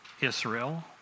Israel